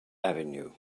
avenue